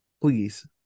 Please